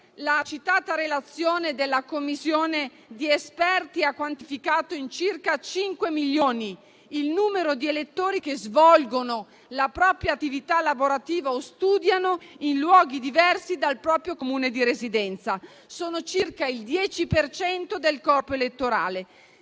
La citata relazione della commissione di esperti ha quantificato in circa 5 milioni il numero di elettori che svolgono la propria attività lavorativa o studiano in luoghi diversi dal proprio Comune di residenza. Si tratta di circa il 10 per cento del corpo elettorale